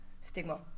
stigma